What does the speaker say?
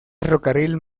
ferrocarril